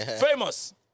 Famous